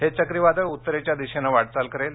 हे चक्रीवादळ उत्तरेच्या दिशेनं वाटचाल करेल